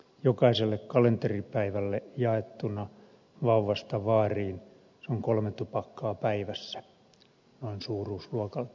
jokaiselle kalenteripäivälle jaettuna vauvasta vaariin se on kolme tupakkaa päivässä noin suuruusluokaltaan